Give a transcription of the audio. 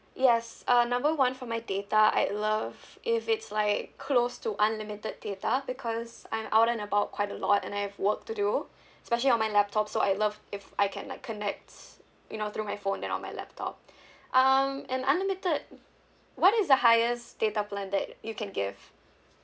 yes uh number one for my data I'd love if it's like close to unlimited data because I'm out and about quite a lot and I have work to do especially on my laptop so I love if I can like connect you know through my phone and on my laptop um and unlimited what is the highest data plan that you can give